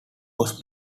was